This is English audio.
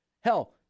Hell